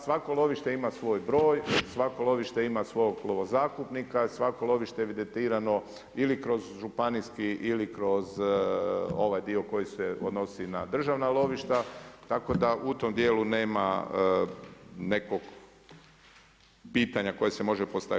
Svako lovište ima svoj broj, svako lovište ima svog lovo zakupnika, svako lovište je evidentirano ili kroz županijski ili kroz ovaj dio koji se odnosi na državna lovišta, tako da u tom dijelu nema nekog pitanja koje se može postaviti.